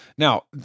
Now